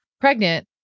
pregnant